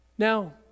Now